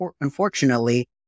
unfortunately